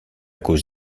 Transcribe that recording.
cause